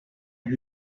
who